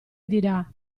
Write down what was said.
dirà